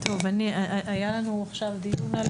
היה לנו עכשיו דיון על